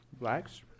Blacks